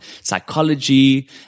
psychology